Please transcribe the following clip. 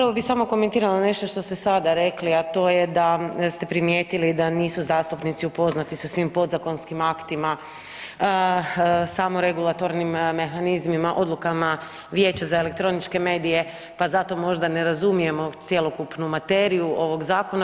Prvo bih samo komentirala nešto što ste sada rekli, a to je da ste primijetili da nisu zastupnici upoznati sa svim podzakonskim aktima, samoregulatornim mehanizmima, odlukama Vijeća za elektroničke medije, pa zato možda ne razumijemo cjelokupnu materiju ovoga Zakona.